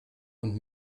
und